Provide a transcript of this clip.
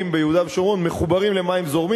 ביהודה ושומרון מחוברים למים זורמים.